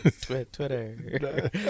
Twitter